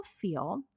feel